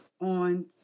on